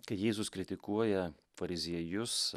kai jėzus kritikuoja fariziejus